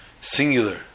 singular